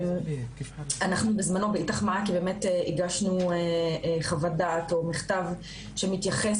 אנחנו בזמנו באית"ך מעכי הגשנו חוות דעת או מכתב שמתייחס